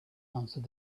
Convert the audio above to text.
answered